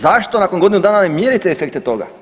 Zašto nakon godinu dana ne mjerite efekte toga?